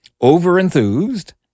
over-enthused